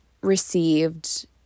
received